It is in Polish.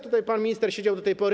Tutaj pan minister siedział do tej pory.